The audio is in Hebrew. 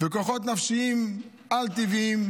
וכוחות נפשיים על-טבעיים,